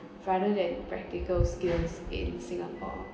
rather than practical skills in singapore